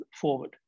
forward